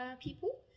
people